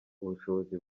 ubushobozi